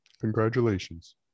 Congratulations